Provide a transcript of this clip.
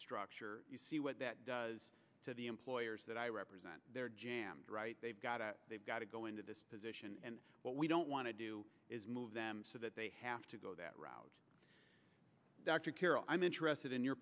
structure you see what that does to the employers that i represent there jammed right they've got to they've got to go into this position and what we don't want to do is move them so that they have to go that route dr carol i'm interested in your